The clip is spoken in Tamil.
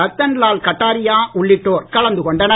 ரத்தன் லால் கட்டாரியா உள்ளிட்டோர் கலந்து கொண்டனர்